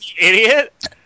idiot